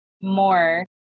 more